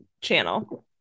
channel